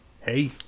hey